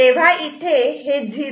तेव्हा इथे हे हे 0 आणि म्हणून हे 0